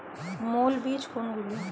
মৌল বীজ কোনগুলি?